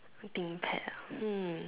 writing pad ah hmm